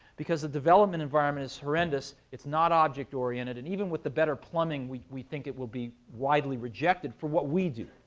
because the development environment is horrendous, it's not um object-oriented, and even with the better plumbing, we we think it will be widely rejected for what we do.